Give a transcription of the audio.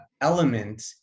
element